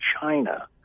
China